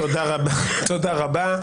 תודה רבה.